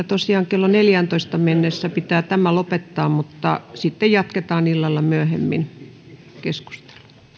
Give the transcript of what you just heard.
tosiaan pitää kello neljääntoista mennessä tämä lopettaa mutta sitten jatketaan illalla myöhemmin keskustelua